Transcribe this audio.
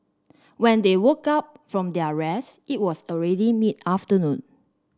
when they woke up from their rest it was already mid afternoon